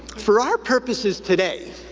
for our purposes today,